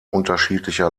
unterschiedlicher